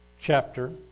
chapter